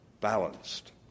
balanced